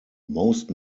most